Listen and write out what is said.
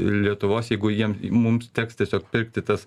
lietuvos jeigu jiem mums teks tiesiog pirkti tas